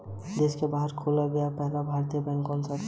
देश के बाहर खोला गया पहला भारतीय बैंक कौन सा था?